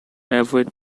avoid